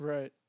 Right